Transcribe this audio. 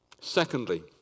Secondly